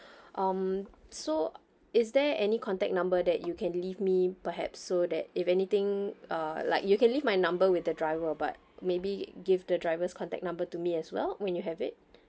um so is there any contact number that you can leave me perhaps so that if anything uh like you can leave my number with the driver but maybe give the driver's contact number to me as well when you have it